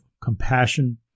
compassion